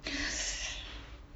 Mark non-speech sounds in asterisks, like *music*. *noise*